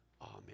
amen